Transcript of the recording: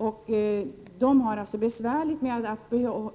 För dessa ungdomar är det besvärligt att